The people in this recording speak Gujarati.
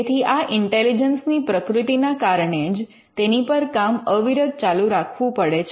તેથી આ ઇન્ટેલિજન્સની પ્રકૃતિના કારણે જ તેની પર કામ અવિરત ચાલુ રાખવું પડે છે